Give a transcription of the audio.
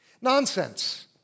Nonsense